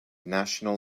national